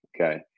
Okay